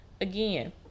again